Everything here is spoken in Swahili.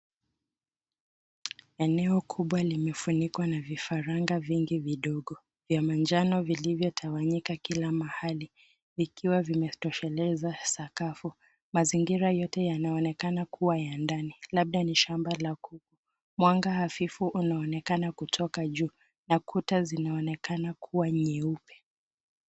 Eneo kubwa limefunikwa na vifaranga vingi vidogo vya manjano vilivyotawanyika kila mahali vikiwa vimetosheleza sakafu. Mazingira yote yanaonekana kuwa ya ndani, labda ni shamba la ku. Mwanga hafifu unaonekana kutoka juu na kuta zinaonekana kuwa nyeupe.